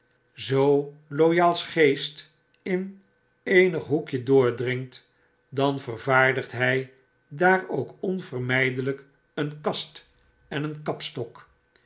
zoo loyal's geest in eenig hoekje doordringt dan vervaardigt by daar ook onvermydelijk een kast en een kapstok